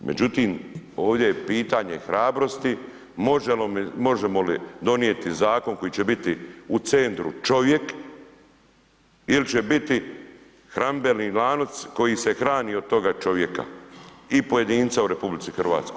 Međutim, ovdje je pitanje hrabrosti možemo li donijeti zakon koji će biti u centru čovjek ili će biti hranidbeni lanac koji se hrani od toga čovjeka i pojedinca u RH.